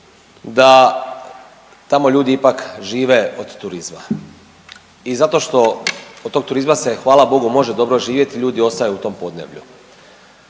da tamo ljudi ipak žive od turizma. I zato što od tog turizma se hvala bogu može dobro živjeti, ljudi ostaju u tom podneblju.